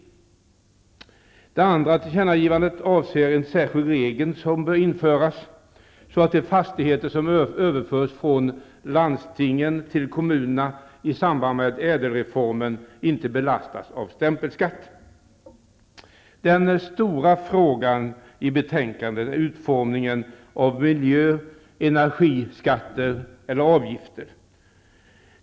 Det andra tillkännagivandet avser att en särskild regel bör införas så att de fastigheter som överförs från landstingen till kommunerna i samband med ÄDEL-reformen inte belastas med stämpelskatt. Den stora frågan i betänkandet är utformningen av miljö och energiskatter/avgifter.